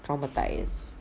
traumatised